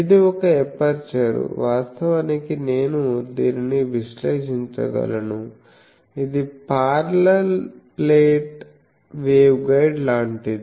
ఇది ఒక ఎపర్చరు వాస్తవానికి నేను దీనిని విశ్లేషించగలను ఇది పార్లల్ ప్లేట్ వేవ్గైడ్ లాంటిది